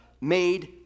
made